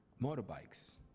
motorbikes